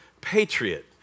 Patriot